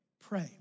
Pray